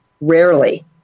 Rarely